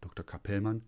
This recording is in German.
dr capellmann